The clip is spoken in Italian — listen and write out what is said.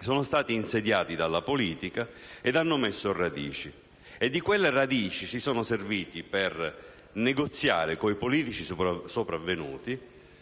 sono stati insediati dalla politica ed hanno messo radici e di quelle radici si sono serviti per negoziare con i politici sopravvenuti